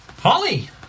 Holly